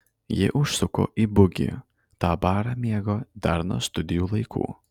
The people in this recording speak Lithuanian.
ji užsuko į bugį tą barą mėgo dar nuo studijų laikų